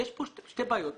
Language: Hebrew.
יש כאן שתי בעיות.